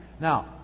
Now